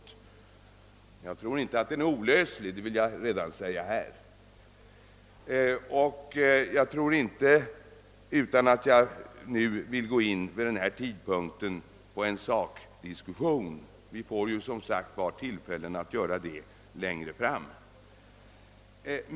Jag tror emellertid inte att det problemet är olösligt, men jag skall inte nu gå närmare in på den saken. Det får vi som sagt tillfälle att göra längre fram.